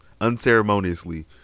unceremoniously